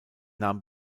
nahm